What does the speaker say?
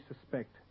suspect